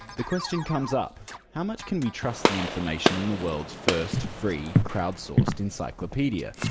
the question comes up how much can we trust the information on the world's first free, crowd-sourced encyclopedia?